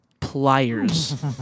Pliers